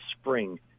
spring